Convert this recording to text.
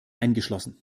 eingeschlossen